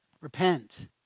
Repent